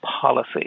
policy